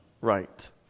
right